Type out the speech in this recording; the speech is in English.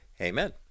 Amen